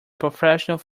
professional